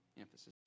emphasis